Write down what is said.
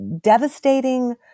devastating